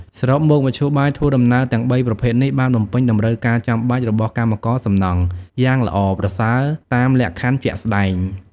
សរុបមក មធ្យោបាយធ្វើដំណើរទាំងបីប្រភេទនេះបានបំពេញតម្រូវការចាំបាច់របស់កម្មករសំណង់យ៉ាងល្អប្រសើរតាមលក្ខខណ្ឌជាក់ស្តែង។